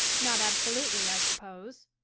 not absolutely, i suppose.